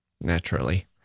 naturally